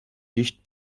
dicht